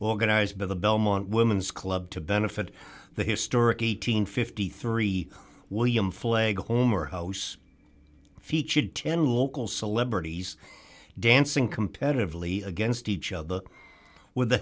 organized by the belmont women's club to benefit the historic eight hundred and fifty three william flag homer house featured ten local celebrities dancing competitively against each other with the